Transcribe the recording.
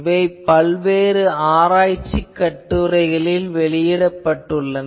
இவை பல்வேறு ஆராய்ச்சிக் கட்டுரைகளில் வெளியிடப்பட்டுள்ளன